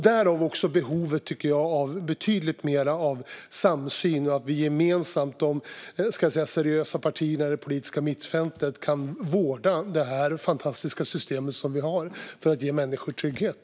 Därför finns det, tycker jag, ett behov av betydligt mer samsyn och att de seriösa partierna i det politiska mittfältet gemensamt kan vårda det fantastiska system vi har för att ge människor trygghet.